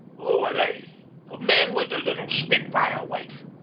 who are they man with the little spitfire wife?